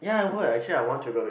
ya I would actually I want to go to